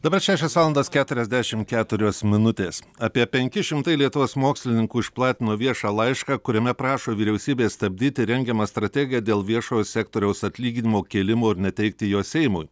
dabar šešios valandos keturiasdešimt keturios minutės apie penki šimtai lietuvos mokslininkų išplatino viešą laišką kuriame prašo vyriausybės stabdyti rengiamą strategiją dėl viešojo sektoriaus atlyginimo kėlimo ir neteikti jo seimui